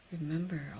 remember